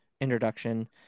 introduction